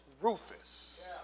Rufus